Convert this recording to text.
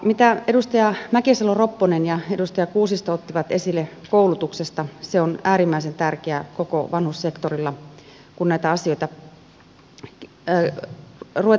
mitä edustaja mäkisalo ropponen ja edustaja kuusisto ottivat esille koulutuksesta se on äärimmäisen tärkeää koko vanhussektorilla kun näitä asioita ruvetaan järjestämään